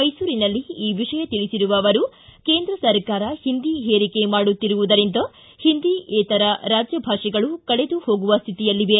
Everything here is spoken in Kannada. ಮೈಸೂರಿನಲ್ಲಿ ಈ ವಿಷಯ ತಿಳಿಸಿರುವ ಅವರು ಕೇಂದ್ರ ಸರ್ಕಾರ ಹಿಂದಿ ಹೇರಿಕೆ ಮಾಡುತ್ತಿರುವುದರಿಂದ ಹಿಂದಿಯೇತರ ರಾಜ್ಯ ಭಾಷೆಗಳು ಕಳೆದು ಹೋಗುವ ಸ್ಕಿತಿಯಲ್ಲಿವೆ